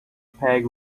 peg